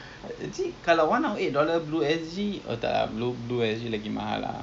okay so we can review about I don't know